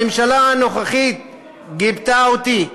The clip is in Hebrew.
הממשלה הנוכחית גיבתה אותי,